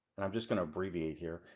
and i'm just gonna abbreviate here.